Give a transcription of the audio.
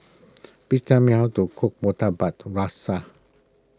please tell me how to cook Murtabak Rusa